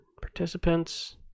participants